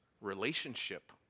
relationship